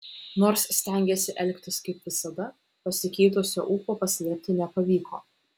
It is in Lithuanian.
nors stengėsi elgtis kaip visada pasikeitusio ūpo paslėpti nepavyko